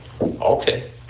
Okay